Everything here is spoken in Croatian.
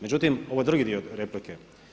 Međutim, ovo je drugi dio replike.